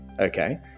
okay